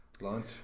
lunch